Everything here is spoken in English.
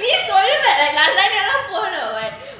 நீ சொல்லுவ நான்தான் போனும்:nee solluva nanthaan ponum